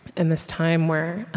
in this time where